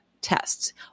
tests